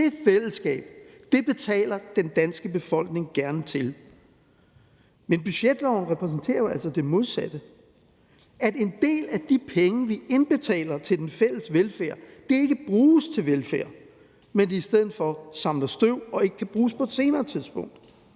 Det fællesskab betaler den danske befolkning gerne til. Men budgetloven repræsenterer jo det modsatte, altså at en del af de penge, vi indbetaler til den fælles velfærd, ikke bruges til velfærd, men at de i stedet for samler støv og ikke kan bruges på et senere tidspunkt.